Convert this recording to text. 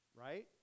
Right